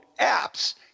apps